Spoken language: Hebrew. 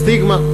סטיגמה,